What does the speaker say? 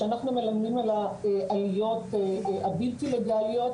שאנחנו מלמדים על העליות הבלתי לגליות,